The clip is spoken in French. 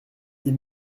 ils